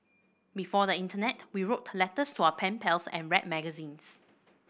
before the internet we wrote letters for our pen pals and read magazines